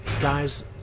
guys